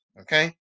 okay